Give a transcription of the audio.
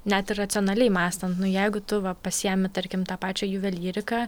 net ir racionaliai mąstant nu jeigu tu va pasiimi tarkim tą pačią juvelyriką